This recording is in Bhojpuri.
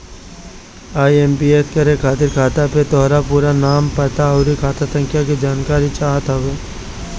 आई.एम.पी.एस करे खातिर खाता पे तोहार पूरा नाम, पता, अउरी खाता संख्या के जानकारी चाहत हवे